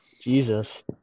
Jesus